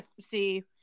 see